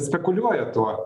spekuliuoja tuo